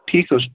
ٹھیٖک حظ چھُ